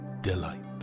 delight